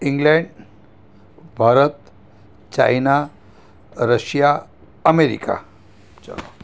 England Bharat China Russia America ચાલો